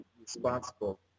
responsible